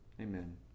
Amen